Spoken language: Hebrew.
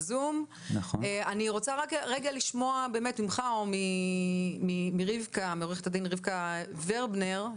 אני רוצה לשמוע ממך או מעורכת הדין רבקה ורבנר,